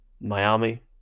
Miami